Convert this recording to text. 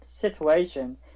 situation